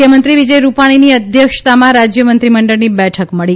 મુખ્યમંત્રી વિજય રૂપાણીની અધ્યક્ષતામાં રાજ્ય મંત્રીમંડળની બેઠક મળી